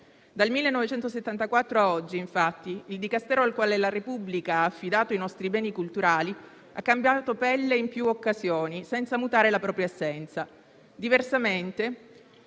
Dal 1974 ad oggi, infatti, il Dicastero al quale la Repubblica ha affidato i nostri beni culturali ha cambiato pelle in più occasioni senza mutare la propria essenza. Diversamente,